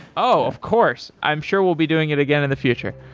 oh! of course. i'm sure will be doing it again in the future.